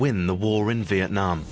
win the war in vietnam